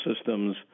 systems